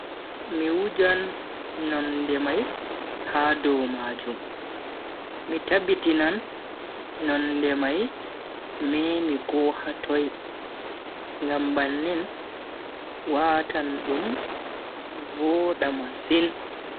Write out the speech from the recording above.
Mi wujan nonde mai ha dow majum. mi tabbitinan nonde mai memi ko hatoi, ngam bannin watan dum voda masin.